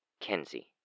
Kenzie